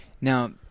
Now